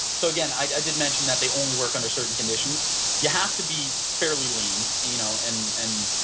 so again, i did mentioned that the only work under certain conditions you have to be fairly lean you know and and